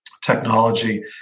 technology